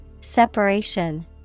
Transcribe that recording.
Separation